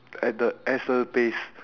at the place